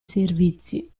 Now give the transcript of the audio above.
servizi